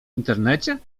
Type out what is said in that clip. internecie